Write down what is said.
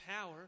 power